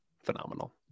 phenomenal